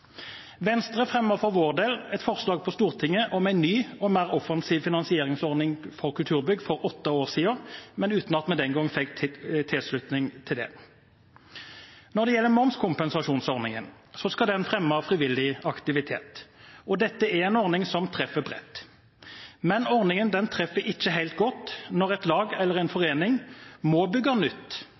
Venstre fremmet for sin del et forslag på Stortinget om en ny og mer offensiv finansieringsordning for kulturbygg for åtte år siden, men uten at vi den gang fikk tilslutning til det. Momskompensasjonsordningen skal fremme frivillig aktivitet, og dette er en ordning som treffer bredt. Men ordningen treffer ikke helt godt når et lag eller en forening må bygge nytt,